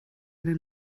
eine